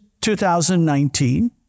2019